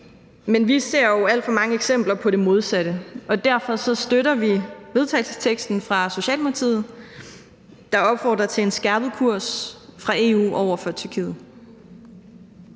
men vi ser jo alt for mange eksempler på det modsatte, og derfor støtter vi Socialdemokraternes forslag til vedtagelse, der opfordrer til en skærpet kurs fra EU's side over for Tyrkiet.